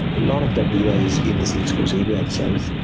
a lot of the data is in the salesforce even itself.